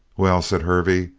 well, said hervey,